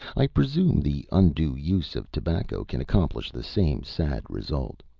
i presume the undue use of tobacco can accomplish the same sad result.